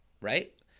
right